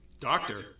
Doctor